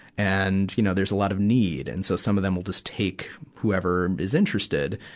and, you know, there's a lot of need. and so, some of them will just take whoever is interested.